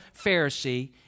Pharisee